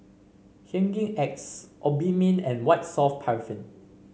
Hygin X Obimin and White Soft Paraffin